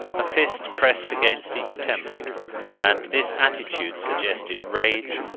a fist pressed against each temple and this attitude suggested rage,